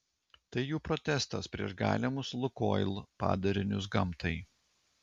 tai jų protestas prieš galimus lukoil padarinius gamtai